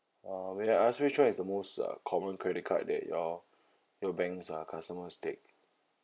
uh may I ask you which one is the most uh common credit card that your your bank's uh customers take